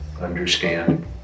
understand